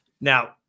Now